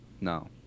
No